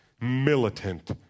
militant